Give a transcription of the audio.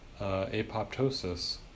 apoptosis